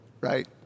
right